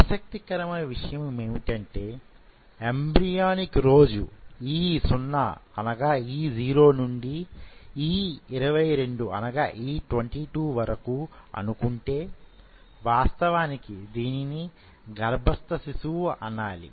ఆసక్తికరమైన విషయమేమిటంటే ఎంబ్రియోనిక్ రోజు E0 నుండి E22 వరకు అనుకుంటే వాస్తవానికి దీనిని గర్భస్థ శిశువు అనాలి